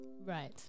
Right